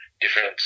different